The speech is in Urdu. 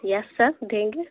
یس سر دیں گے